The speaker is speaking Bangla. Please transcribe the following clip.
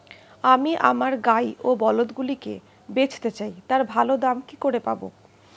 আমি আমার গাই ও বলদগুলিকে বেঁচতে চাই, তার ভালো দাম কি করে পাবো?